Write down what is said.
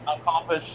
accomplish